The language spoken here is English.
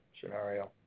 scenario